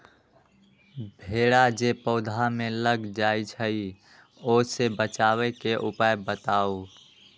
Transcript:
भेरा जे पौधा में लग जाइछई ओ से बचाबे के उपाय बताऊँ?